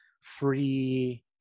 free